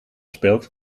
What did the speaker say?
speelt